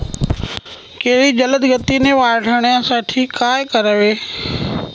केळी जलदगतीने वाढण्यासाठी काय करावे?